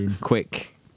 quick